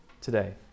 today